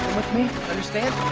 me. understand?